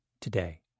today